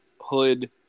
hood